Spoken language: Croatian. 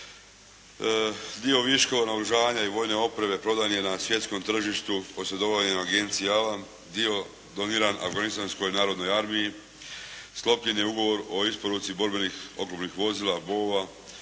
Dio viška naoružanja i vojne opreme prodan je na svjetskom tržištu posredovanjem Agencije "Alan", dio doniran Afganistanskoj narodnoj armiji, sklopljen je Ugovor o isporuci borbenih oklopnih vozila "BOV"